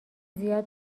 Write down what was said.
زیاد